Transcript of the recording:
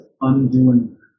undoing